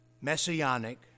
Messianic